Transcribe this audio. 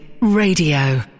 Radio